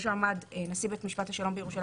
שבראשו עמד נשיא בית משפט השלום בירושלים